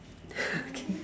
okay